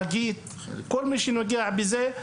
חגית וכל מי שנוגע לזה,